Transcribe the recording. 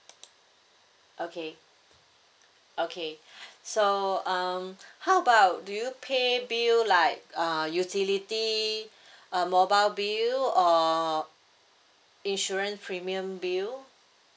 okay okay so um how about do you pay bill like uh utility uh mobile bill or insurance premium bill